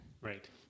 Right